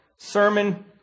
sermon